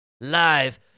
live